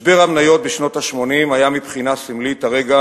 משבר המניות בשנות ה-80 היה מבחינה סמלית הרגע